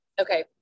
Okay